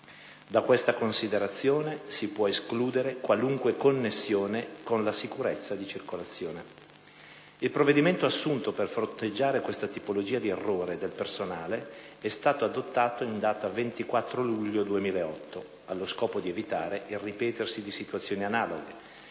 Da questa considerazione si può escludere qualunque connessione con la sicurezza di circolazione. II provvedimento assunto per fronteggiare questa tipologia di errore del personale è stato adottato in data 24 luglio 2008, allo scopo di evitare il ripetersi di situazioni analoghe,